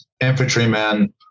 infantrymen